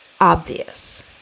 obvious